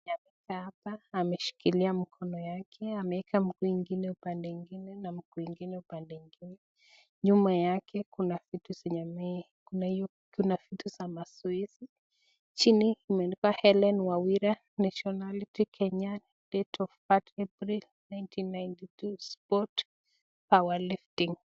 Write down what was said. Mtu hapa ameshikilia mkono yake ameeka mguu yake pande ingine, upande na mwingine upande ingine, nyuma yake kuna vitu zenye ni za mazoezi, chini imeandikwa Hellen Wawira nationality Kenya, date of birth April 1992 sport power lifting .